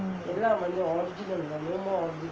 mm